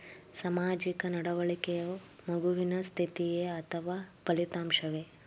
ಸಾಮಾಜಿಕ ನಡವಳಿಕೆಯು ಮಗುವಿನ ಸ್ಥಿತಿಯೇ ಅಥವಾ ಫಲಿತಾಂಶವೇ?